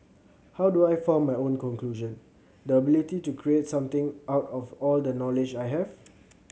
how do I form my own conclusion the ability to create something out of all the knowledge I have